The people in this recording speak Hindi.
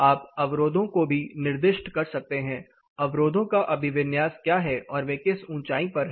आप अवरोधों को भी निर्दिष्ट कर सकते हैं अवरोधों का अभिविन्यास क्या है और वे किस ऊंचाई पर है